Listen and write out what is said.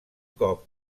cop